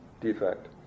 defect